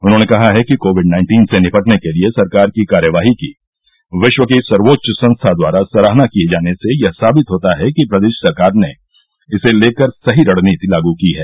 उन्होंने कहा है कि कोविड नाइन्टीन से निपटने के लिये सरकार की कार्यवाही की विश्व की सर्वोच्च संस्था द्वारा सराहना किये जाने से यह साबित होता है कि प्रदेश सरकार ने इसे लेकर सही रणनीति लागू की है